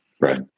Right